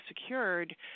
secured